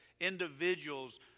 individuals